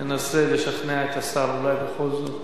ינסה לשכנע את השר, אולי בכל זאת.